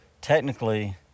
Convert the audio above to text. technically